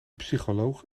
psycholoog